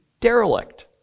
derelict